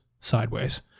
sideways